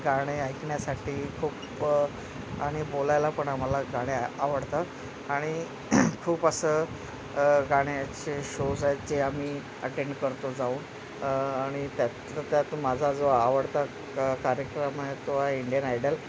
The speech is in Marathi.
गाणे ऐकण्साठी खूप आणि बोलायला पण आम्हाला गाणे आवडतात आणि खूप असं गाण्याचे शोज आहेत जे आम्ही अटेंड करतो जाऊन आणि त्यात त्यात माझा जो आवडता कार्यक्रम आहे तो आहे इंडियन आयडल